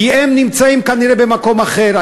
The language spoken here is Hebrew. כי הם נמצאים כנראה במקום אחר.